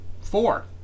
Four